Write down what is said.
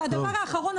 והדבר האחרון,